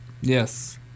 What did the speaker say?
Yes